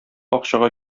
акчага